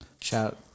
Shout